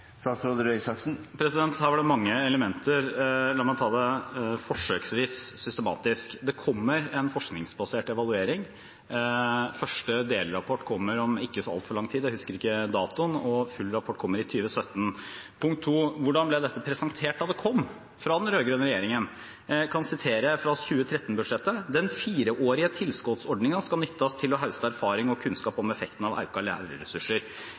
Her var det mange elementer, la meg ta det forsøksvis systematisk. Det kommer en forskningsbasert evaluering. Første delrapport kommer om ikke så altfor lang tid, jeg husker ikke datoen, og full rapport kommer i 2017. Punkt to: Hvordan ble dette presentert da det kom fra den rød-grønne regjeringen? Jeg kan sitere fra 2013-budsjettet: «Den fireårige tilskottsordninga skal nyttast til å hauste erfaring og kunnskap om effekten av auka